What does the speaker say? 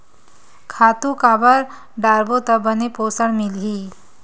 खातु काबर डारबो त बने पोषण मिलही?